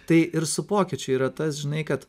tai ir su pokyčiu yra tas žinai kad